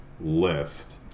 list